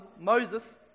Moses